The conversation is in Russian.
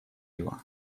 его